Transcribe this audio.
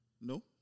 No